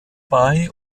bei